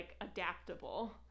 adaptable